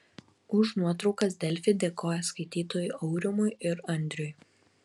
už nuotraukas delfi dėkoja skaitytojui aurimui ir andriui